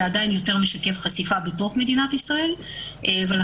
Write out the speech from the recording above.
זה עדיין יותר משקף חשיפה בתוך מדינת ישראל ולכן